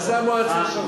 זה המועצת שלך.